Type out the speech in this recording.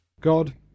God